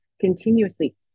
continuously